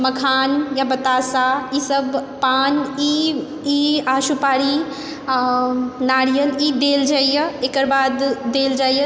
मखान या बताशा ईसब पान ई ई आओर सुपारी नारियल भी देल जाइए एकर बाद देल जाइए